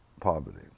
poverty